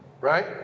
Right